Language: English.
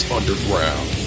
Underground